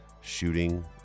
shooting